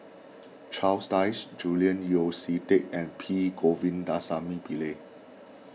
Charles Dyce Julian Yeo See Teck and P Govindasamy Pillai